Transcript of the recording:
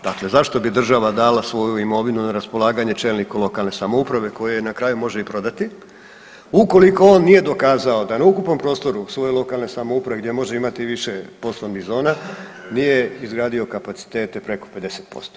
Dakle, zašto bi država dala svoju imovinu na raspolaganje čelniku lokalne samouprave koji ju na kraju može i prodati ukoliko on nije dokazao da na ukupnom prostoru svoje lokalne samouprave gdje može imati više poslovnih zona nije izgradio kapacitete preko 50%